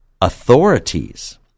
authorities